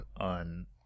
on